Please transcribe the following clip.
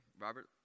Robert